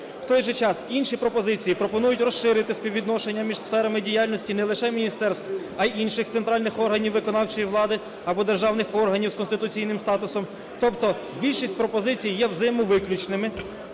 В той же час, інші пропозиції пропонують розширити співвідношення між сферами діяльності не лише міністерств, а й інших центральних органів виконавчої влади або державних органів з конституційним статусом тобто більшість пропозицій є взаємовиключними.